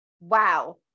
wow